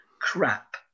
crap